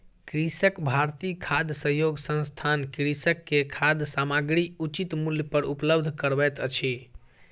कृषक भारती खाद्य सहयोग संस्थान कृषक के खाद्य सामग्री उचित मूल्य पर उपलब्ध करबैत अछि